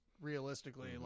realistically